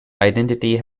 identity